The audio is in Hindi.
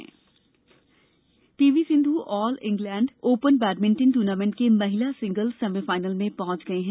badminton PV Sindhu all England open badminton tournament के महिला सिंगल्स सेमी फाइनल में पहंच गई हैं